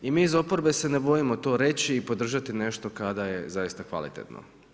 I mi iz oporbe se ne bojimo to reći i podržati nešto kada je zaista kvalitetno.